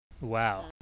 Wow